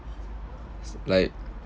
like